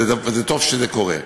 וטוב שזה קורה.